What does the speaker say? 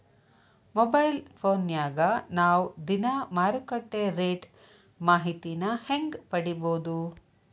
Mobile ಫೋನ್ಯಾಗ ನಾವ್ ದಿನಾ ಮಾರುಕಟ್ಟೆ ರೇಟ್ ಮಾಹಿತಿನ ಹೆಂಗ್ ಪಡಿಬೋದು?